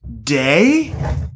day